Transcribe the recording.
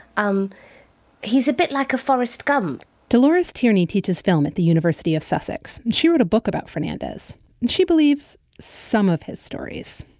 um he's a bit like a forrest gump dolores tierney teaches film at the university of sussex. and she wrote a book about fernandez and she believes some of his stories.